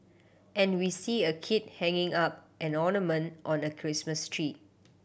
and we see a kid hanging up an ornament on a Christmas tree